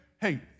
Hey